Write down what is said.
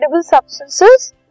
substances